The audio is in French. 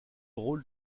rôle